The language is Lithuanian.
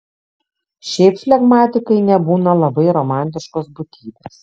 šiaip flegmatikai nebūna labai romantiškos būtybės